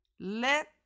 Let